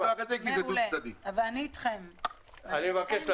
אני מציע לא לפתוח את זה כי זה דו-צדדי.